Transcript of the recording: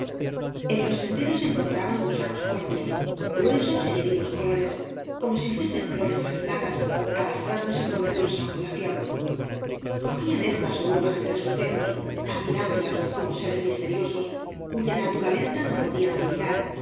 eü los senderos encontraban gusanos cortos gruesos y de vivos colores como si fuesen flores animadas arrastrándose con nerviosa ondulación cogían estas orugas entre sus dedos admirando las como seres misteriosos cuya naturaleza no podían adivinar